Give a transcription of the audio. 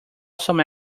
some